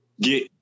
get